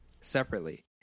separately